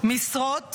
משרות